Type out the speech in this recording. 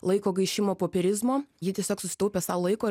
laiko gaišimo popierizmo ji tiesiog susitaupė sau laiko